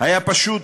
היה פשוט